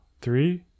Three